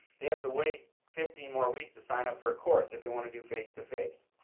they have to wait fifteen more weeks to sign up for a course, if they want to do face to face.